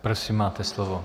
Prosím, máte slovo.